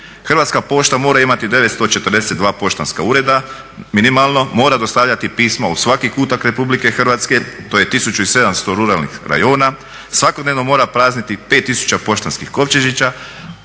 Hrvatska pošta mora imati 942 poštanska ureda minimalno, mora dostavljati pisma u svaki kutak RH to je 1700 ruralnih rajona, svakodnevno mora prazniti 5 tisuća poštanskih kovčežića,